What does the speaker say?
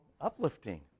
uplifting